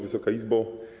Wysoka Izbo!